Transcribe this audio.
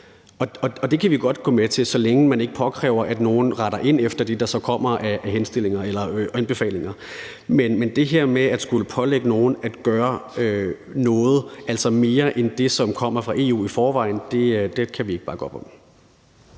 det kan vi godt gå med til, så længe man ikke påkræver, at nogen retter ind efter det, der så kommer af henstillinger eller anbefalinger. Men det her med at skulle pålægge nogen at gøre noget, altså mere end det, som kommer fra EU i forvejen, kan vi ikke bakke op om.